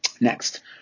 Next